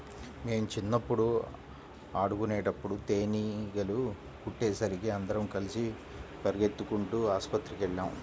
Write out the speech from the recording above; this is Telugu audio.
మేం చిన్నప్పుడు ఆడుకునేటప్పుడు తేనీగలు కుట్టేసరికి అందరం కలిసి పెరిగెత్తుకుంటూ ఆస్పత్రికెళ్ళాం